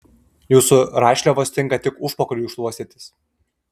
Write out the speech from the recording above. jūsų rašliavos tinka tik užpakaliui šluostytis